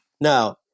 Now